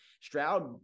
Stroud